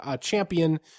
Champion